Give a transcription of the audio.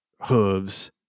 hooves